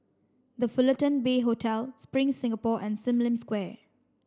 The Fullerton Bay Hotel Spring Singapore and Sim Lim Square